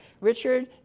Richard